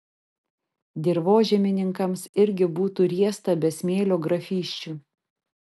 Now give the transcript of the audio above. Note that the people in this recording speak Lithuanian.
dirvožemininkams irgi būtų riesta be smėlio grafysčių